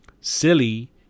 silly